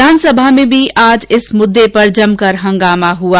विधानसभा में भी आज इस मुद्दे पर जम कर हंगामा हुआ